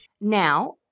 Now